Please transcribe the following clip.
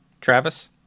Travis